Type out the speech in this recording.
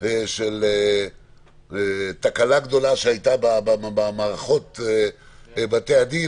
של תקלה גדולה שהיתה במערכות בתי-הדין